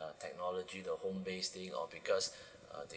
uh technology the home based thing or because uh they